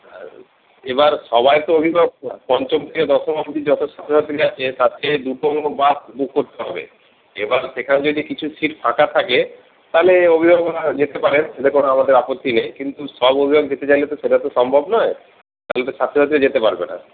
এবার সবাই তো অভিভাবক না পঞ্চম থেকে দশম অবধি যত ছাত্রছাত্রীরা আছে তাতে দুটো বাস বুক করতে হবে এবার সেখানে যদি কিছু সিট ফাঁকা থাকে তাহলে অভিভাবকরা যেতে পারে সেটায় করে আমাদের কোনো আপত্তি নেই কিন্তু সব অভিভাবক যেতে চাইলে সেটা তো সম্ভব নয় তাহলে ছাত্রছাত্রী যেতে পারবে না